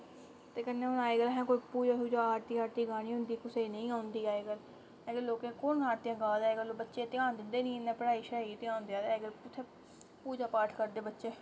कन्नै हून अज्जकल असें कोई पूजा शूजा आरती शारती गानी होंदी कुसै गी नेईं औंदी अज्जकल अज्जकल लोकें कु'न आरतियां गा दा अज्जकल बच्चे ध्यान दिंदे नेईं इ'न्ना पढ़ाई शढ़ाई च घ्यान देआ दे अज्जकल उत्थें पूजा पाठ करदे बच्चे